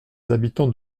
habitants